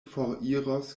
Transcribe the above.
foriros